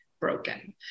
broken